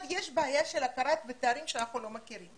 יש בעיה של הכרה בתארים שאנחנו לא מכירים.